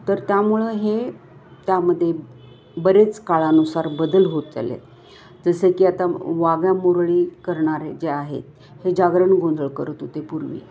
तर त्यामुळं हे त्यामध्ये बरेच काळानुसार बदल होत चाललेत जसं की आता वाघ्या मुरळी करणारे जे आहेत हे जागरण गोंधळ करत होते पूर्वी